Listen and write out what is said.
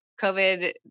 COVID